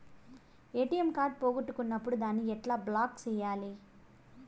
ATM card పోగొట్టుకున్నప్పుడు దాన్ని ఎట్లా బ్లాక్ సేయాలి